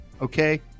Okay